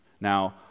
Now